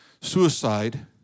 suicide